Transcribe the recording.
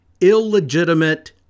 illegitimate